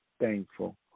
thankful